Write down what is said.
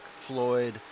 Floyd